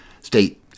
State